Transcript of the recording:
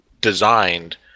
designed